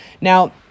Now